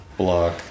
block